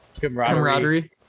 Camaraderie